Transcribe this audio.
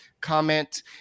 comment